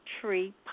tree